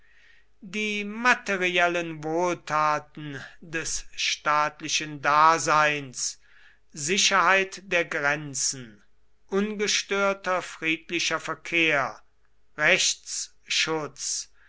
die materiellen wohltaten des staatlichen daseins sicherheit der grenzen ungestörter friedlicher verkehr